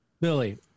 Billy